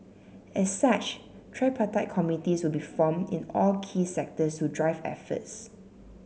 as such tripartite committees will be formed in all key sectors to drive efforts